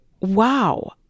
wow